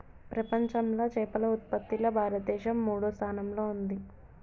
ప్రపంచంలా చేపల ఉత్పత్తిలా భారతదేశం మూడో స్థానంలా ఉంది